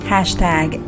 Hashtag